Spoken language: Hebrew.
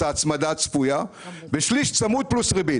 ההצמדה הצפויה ושליש שהוא צמוד פלוס ריבית.